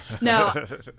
no